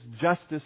justice